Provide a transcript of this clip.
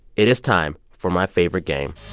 it is time for my favorite game